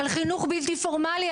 על חינוך בלתי פורמלי,